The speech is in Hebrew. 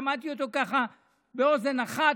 שמעתי אותו ככה באוזן אחת,